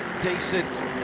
decent